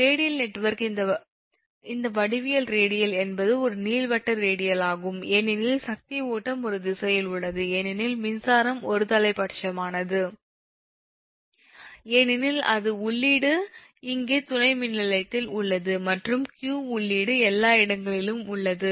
radial network இந்த வடிவியல் radial என்பது ஒரு நீள்வட்ட ரேடியல் ஆகும் ஏனெனில் சக்தி ஓட்டம் ஒரு திசையில் உள்ளது ஏனெனில் மின்சாரம் ஒருதலைப்பட்சமானது ஏனெனில் அது உள்ளீடு இங்கே துணை மின்நிலையத்தில் உள்ளது மற்றும் 𝑄 உள்ளீடு எல்லா இடங்களிலும் உள்ளது